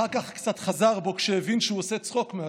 אחר כך קצת חזר בו, כשהבין שהוא עושה צחוק מעצמו.